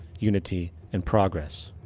unity and progress.